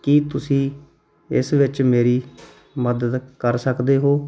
ਕੀ ਤੁਸੀਂ ਇਸ ਵਿੱਚ ਮੇਰੀ ਮਦਦ ਕਰ ਸਕਦੇ ਹੋ